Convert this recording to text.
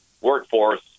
workforce